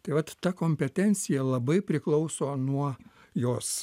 tai vat ta kompetencija labai priklauso nuo jos